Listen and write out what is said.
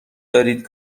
دارید